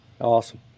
Awesome